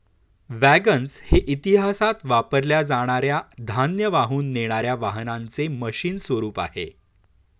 wagons हे इतिहासात वापरल्या जाणार या धान्य वाहून नेणार या वाहनांचे मशीन स्वरूप आहे